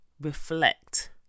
reflect